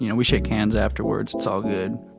you know we shake hands afterwards, it's all good